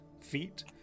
feet